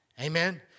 Amen